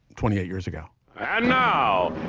twenty eight years ago now?